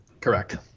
Correct